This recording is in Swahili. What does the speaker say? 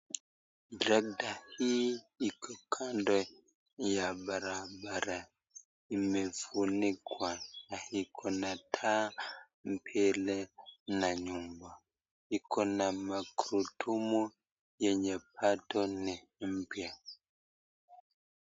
Trilokta hii iko kando ya barabra imefunikwa na iko na taa mbele na nyuma iko na magurudumu yenye bado ni mpya.